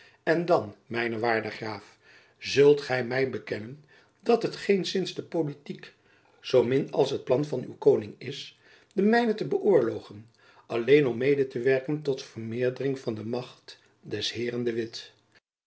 en dan mijn waarde graaf zult gy my bekennen dat het geenszins de politiek zoo min als het plan van uw koning is den mijne te beöorlogen alleen om mede te werken tot vermeerdering van de macht des heeren de witt